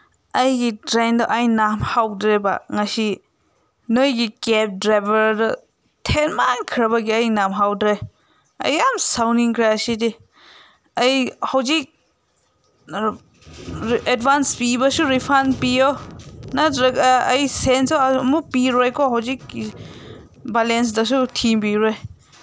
ꯑꯩꯒꯤ ꯇ꯭ꯔꯦꯟꯗꯣ ꯑꯩ ꯅꯪꯍꯧꯗ꯭ꯔꯦꯕ ꯉꯁꯤ ꯅꯣꯏꯒꯤ ꯀꯦꯞ ꯗ꯭ꯔꯥꯏꯚꯔꯅ ꯊꯦꯡꯃꯟꯈ꯭ꯔꯕꯒꯤ ꯑꯩꯅ ꯅꯪꯍꯧꯗ꯭ꯔꯦ ꯑꯩ ꯌꯥꯝ ꯁꯥꯎꯅꯤꯡꯈ꯭ꯔꯦ ꯑꯁꯤꯗꯤ ꯑꯩ ꯍꯧꯖꯤꯛ ꯑꯦꯗꯚꯥꯟꯁ ꯄꯤꯕꯁꯨ ꯔꯤꯐꯟ ꯄꯤꯌꯣ ꯅꯠꯇ꯭ꯔꯒ ꯑꯩ ꯁꯦꯟꯁꯨ ꯑꯃꯨꯛ ꯄꯤꯔꯣꯏꯀꯣ ꯍꯧꯖꯤꯛꯀꯤ ꯕꯂꯦꯟꯁꯇꯁꯨ ꯊꯤꯟꯕꯤꯔꯣꯏ